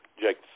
Jake